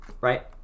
right